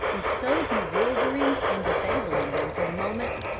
and so bewildering and disabling them for the moment,